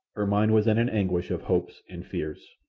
her mind was in an anguish of hopes and fears.